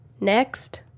next